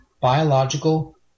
biological